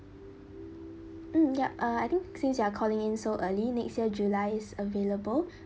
mm yup uh I think since you are calling in so early next year july is available